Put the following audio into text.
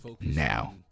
now